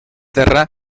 terra